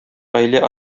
гаилә